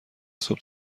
صبح